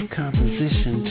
composition